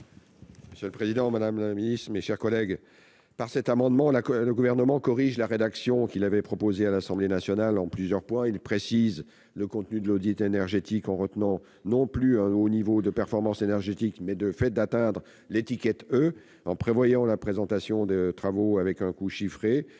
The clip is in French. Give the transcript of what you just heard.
classement du bien. Quel est l'avis de la commission ? Par cet amendement, le Gouvernement corrige la rédaction qu'il avait proposée à l'Assemblée nationale en plusieurs points. Il précise le contenu de l'audit énergétique en retenant non plus un haut niveau de performance énergétique, mais le fait d'atteindre l'étiquette E, en prévoyant la présentation de travaux avec un coût chiffré